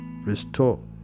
restore